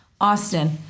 Austin